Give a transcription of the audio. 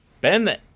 Ben